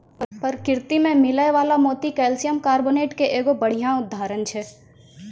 परकिरति में मिलै वला मोती कैलसियम कारबोनेट के एगो बढ़िया उदाहरण छै